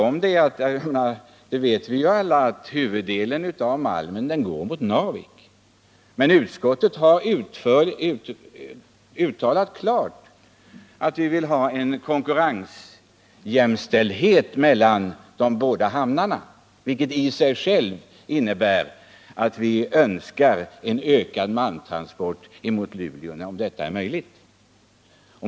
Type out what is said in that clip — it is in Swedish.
Vi vet ju alla att huvuddelen av malmen går mot Narvik, men utskottet har klart uttalat att vi vill ha en konkurrensjämställdhet mellan de båda hamnarna. Det innebär att vi önskar en ökad malmtransport emot Luleå om detta är möjligt.